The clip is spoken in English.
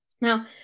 Now